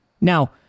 Now